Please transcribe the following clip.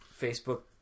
Facebook